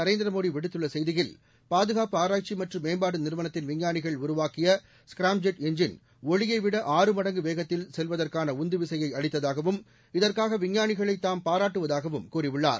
நரேந்திர மோடி விடுத்துள்ள செய்தியில் பாதுகாப்பு ஆராய்ச்சி மற்றும் மேம்பாடு நிறுவனத்தின் விஞ்ஞானிகள் உருவாக்கிய ஸ்கிராம்ஜெட் எஞ்சின் ஒளியை விட ஆறுமடங்கு வேகத்தில் செல்வதற்கான உந்துவிசையை அளித்ததாகவும் இதற்காக விஞ்ஞானிகளை தாம் பாராட்டுவதாகவும் கூறியுள்ளார்